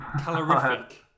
calorific